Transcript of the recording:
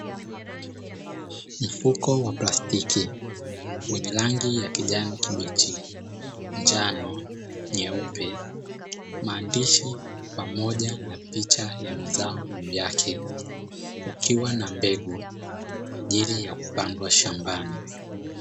Mfuko wa plastiki wenye rangi ya kijani kibichi, njano, nyeupe, maandishi pamoja na picha ya mazao juu yake ukiwa na mbegu kwa ajili ya kupandwa shambani.